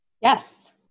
Yes